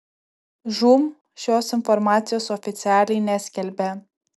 žūm šios informacijos oficialiai neskelbia